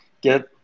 get